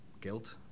guilt